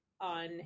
on